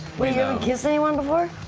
wait, you haven't kissed anyone before?